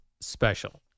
special